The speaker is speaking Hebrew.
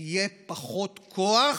יהיה פחות כוח